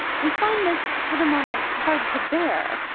we find this, for the moment, hard to bear.